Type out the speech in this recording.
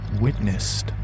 witnessed